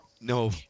No